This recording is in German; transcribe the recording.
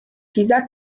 dieser